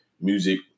music